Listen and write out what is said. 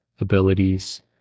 abilities